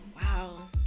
wow